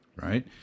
right